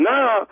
Now